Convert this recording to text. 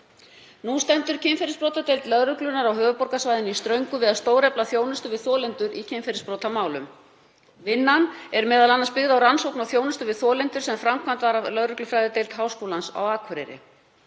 Nú stendur kynferðisbrotadeild lögreglunnar á höfuðborgarsvæðinu í ströngu við að stórefla þjónustu við þolendur í kynferðisbrotamálum. Vinnan er m.a. byggð á rannsókn á þjónustu við þolendur sem framkvæmd var af lögreglufræðideild Háskólans á Akureyri.